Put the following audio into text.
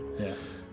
Yes